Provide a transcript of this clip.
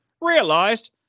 realized